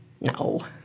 No